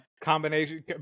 Combination